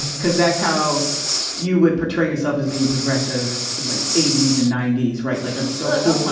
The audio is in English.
because that's how you would portray yourself as being progressive like eighty s and ninety s. right. like i'm sort